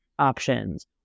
options